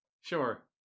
Sure